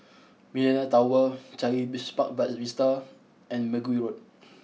Millenia Tower Changi Business Park Vista and Mergui Road